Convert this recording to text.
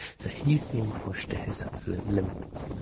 so he is being pushed to his absolute limits.